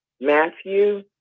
Matthew